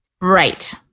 Right